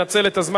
ננצל את הזמן,